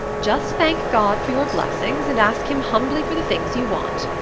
just thank god for your blessings and ask him humbly for the things you want.